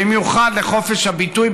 במיוחד לחופש הביטוי,